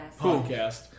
podcast